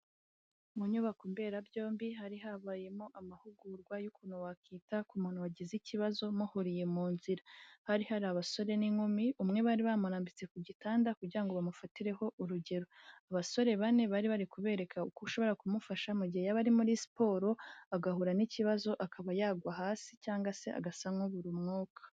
Mu nyubako mberabyombi hari habayemo amahugurwa y'ukuntu wakita ku muntu wagize ikibazo muhuriye mu nzira, hari hari abasore n'inkumi umwe bari bamurambitse ku gitanda kugira ngo bamufatireho urugero, abasore bane bari bari kubereka uko ushobora kumufasha mu gihe yaba ari muri siporo agahura n'ikibazo akaba yagwa hasi cyangwa se agasa nk'ubura umwuka.